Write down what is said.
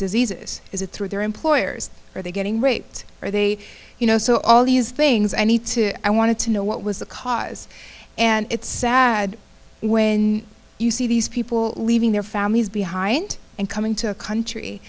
diseases is it through their employers are they getting raped or are they you know so all these things i need to i wanted to know what was the cause and it's sad when you see these people leaving their families behind and coming to a country